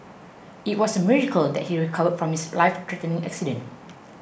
it was a miracle that he recovered from his life threatening accident